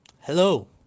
Hello